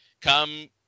Come